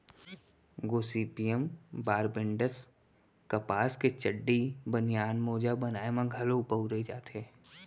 Gossypium barbadense कपसा के चड्डी, बनियान, मोजा बनाए म घलौ बउरे जाथे